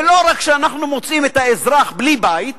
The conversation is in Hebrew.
ולא רק שאנחנו מוצאים את האזרח בלי בית